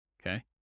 okay